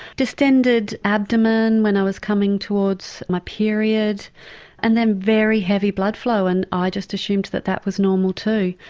distended abdomen when i was coming towards my period and then very heavy blood flow and i just assumed that that was normal too.